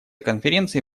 конференции